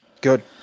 good